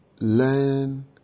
Learn